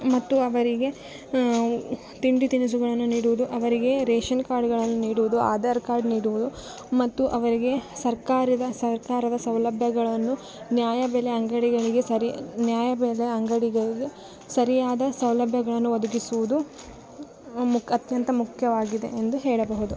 ಮತ್ತು ಅವರಿಗೆ ತಿಂಡಿ ತಿನಿಸುಗಳನ್ನು ನೀಡುವುದು ಅವರಿಗೆ ರೇಶನ್ ಕಾರ್ಡ್ಗಳನ್ನ ನೀಡುವುದು ಆಧಾರ್ ಕಾರ್ಡ್ ನೀಡುವುದು ಮತ್ತು ಅವರಿಗೆ ಸರ್ಕಾರದ ಸರ್ಕಾರದ ಸೌಲಭ್ಯಗಳನ್ನು ನ್ಯಾಯ ಬೆಲೆ ಅಂಗಡಿಗೆಗಳಿಗೆ ಸರಿ ನ್ಯಾಯ ಬೆಲೆ ಅಂಗಡಿಗೆಗಳಿಗೆ ಸರಿಯಾದ ಸೌಲಭ್ಯಗಳನ್ನು ಒದಗಿಸುವುದು ಮುಕತ್ ಅತ್ಯಂತ ಮುಖ್ಯವಾಗಿದೆ ಎಂದು ಹೇಳಬಹುದು